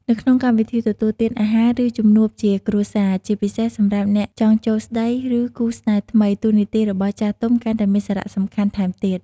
នៅក្នុងកម្មវិធីទទួលទានអាហារ ឬ ជំនួបជាគ្រួសារ ជាពិសេសសម្រាប់អ្នកចង់ចូលស្តី ឬ គូស្នេហ៍ថ្មី តួនាទីរបស់ចាស់ទុំកាន់តែមានសារៈសំខាន់ថែមទៀត។